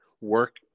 work